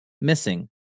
missing